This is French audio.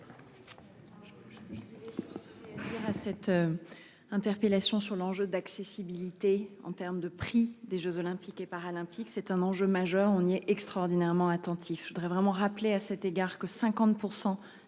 on va y arriver. À cette. Interpellation sur l'enjeu d'accessibilité en termes de prix des Jeux olympiques et paralympiques. C'est un enjeu majeur, on lui est extraordinairement attentifs, je voudrais vraiment rappeler à cet égard que 50%